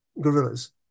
gorillas